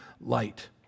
light